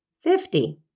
Fifty